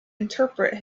interpret